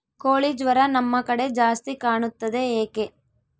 ಕೋಳಿ ಜ್ವರ ನಮ್ಮ ಕಡೆ ಜಾಸ್ತಿ ಕಾಣುತ್ತದೆ ಏಕೆ?